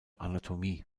anatomie